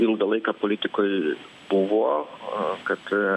ilgą laiką politikoj buvo kad